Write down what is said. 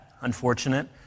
unfortunate